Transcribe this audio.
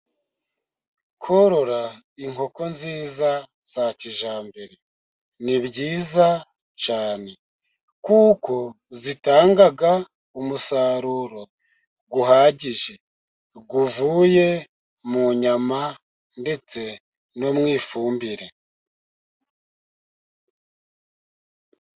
Korora inkoko nziza za kijyambere ni byiza cyane, kuko zitanga umusaruro uhagije uvuye mu nyama ndetse no mu ifumbire.